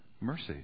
Mercy